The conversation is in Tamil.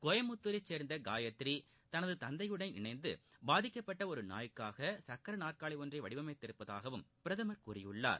கோயம்புத்தூரை சேர்ந்த காயத்ரி தனது தந்தையுடன் இணைந்து பாதிக்கப்பட்ட ஒரு நாய்க்காக சக்ர நாற்காலி ஒன்றை வடிவமைத்திருப்பதாகவும் பிரதமர் கூறியுள்ளார்